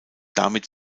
damit